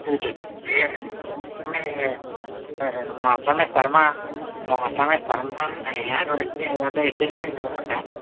جی جی یہ نہیں یہ موسم سرما موسم سرما میں لیے ضرورت ہے